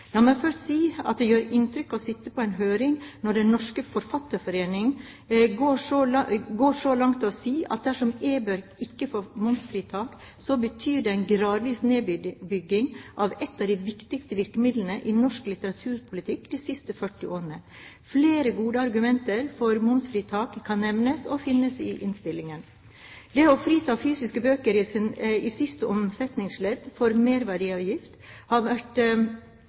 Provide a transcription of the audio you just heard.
La meg først si at det gjør inntrykk å sitte på en høring når Den norske Forfatterforening går så langt som å si at dersom e-bøker ikke får momsfritak, betyr det en gradvis nedbygging av et av de viktigste virkemidlene i norsk litteraturpolitikk de siste 40 årene. Flere gode argumenter for momsfritak kan nevnes og finnes i innstillingen. Det å frita fysiske bøker i siste omsetningsledd for merverdiavgift har vært